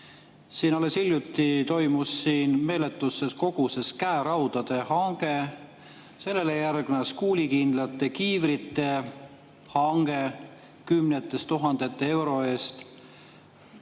Siin alles hiljuti toimus meeletus koguses käeraudade hange, sellele järgnes kuulikindlate kiivrite hange kümnete tuhandete eurode